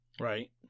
Right